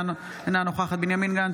אינה נוכחת בנימין גנץ,